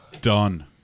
done